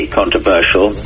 controversial